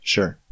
Sure